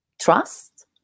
trust